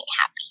happy